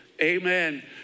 Amen